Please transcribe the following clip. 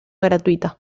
gratuita